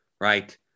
right